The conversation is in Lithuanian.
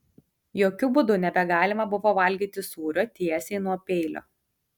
jokiu būdu nebegalima buvo valgyti sūrio tiesiai nuo peilio